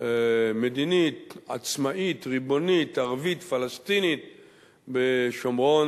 מדינית עצמאית ריבונית ערבית פלסטינית בשומרון,